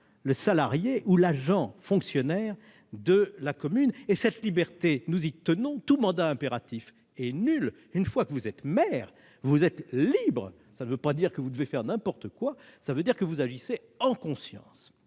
le salarié ou l'agent fonctionnaire de la commune. Cette liberté, nous y tenons : tout mandat impératif est nul. Une fois que vous êtes maire, vous êtes libre. Cela ne veut pas dire que vous pouvez faire n'importe quoi, cela veut dire que vous agissez en conscience.